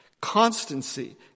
constancy